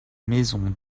maisons